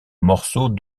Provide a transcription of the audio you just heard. morceaux